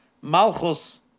Malchus